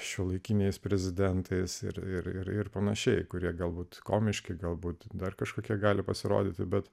šiuolaikiniais prezidentais ir ir pan kurie galbūt komiški galbūt dar kažkokie gali pasirodyti bet